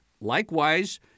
likewise